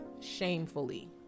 shamefully